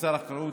כשר החקלאות,